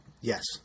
Yes